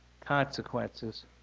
consequences